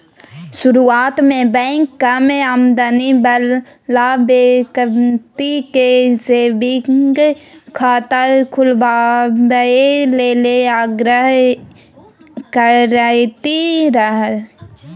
शुरुआत मे बैंक कम आमदनी बला बेकती केँ सेबिंग खाता खोलबाबए लेल आग्रह करैत रहय